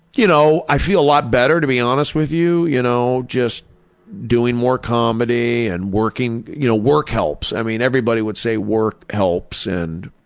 you know, i feel a lot better to be honest with you, you know, just doing more comedy, and working. you know, work helps. i mean, everybody would say work helps. and